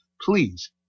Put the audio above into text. Please